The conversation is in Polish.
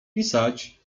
pisać